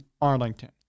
Arlington